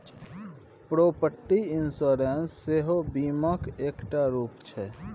property insurance सेहो बीमाक एकटा रुप छै